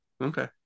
Okay